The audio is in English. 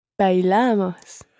Bailamos